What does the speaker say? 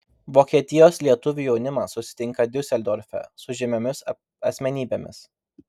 vokietijos lietuvių jaunimas susitinka diuseldorfe su žymiomis asmenybėmis